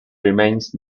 remains